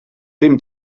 dim